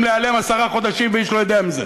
להיעלם לעשרה חודשים ואיש לא יודע מזה.